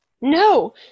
No